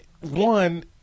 one